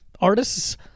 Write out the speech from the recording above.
Artists